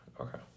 Okay